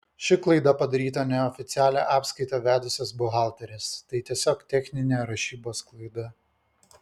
ši klaida padaryta neoficialią apskaitą vedusios buhalterės tai tiesiog techninė rašybos klaida